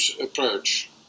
approach